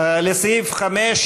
לסעיף 5,